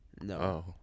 No